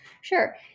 sure